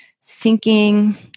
sinking